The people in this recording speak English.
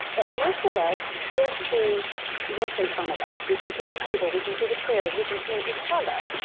but most of us just see what's in front of us. we can see the table, we can see the chairs, we can see each other.